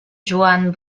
joan